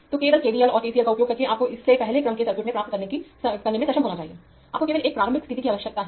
तोकेवल KVL और KCL का उपयोग करके आपको इसे पहले क्रम के सर्किट में प्राप्त करने में सक्षम होना चाहिए आपको केवल एक प्रारंभिक स्थिति की आवश्यकता है